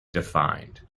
defined